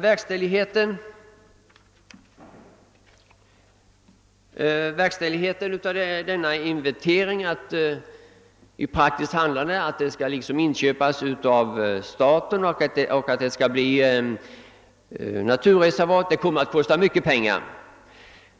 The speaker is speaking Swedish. Fullföljandet av detta arbete, d. v. s. statens inköp av vissa områden för naturreservat, kommer att kosta mycket pengar.